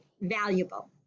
valuable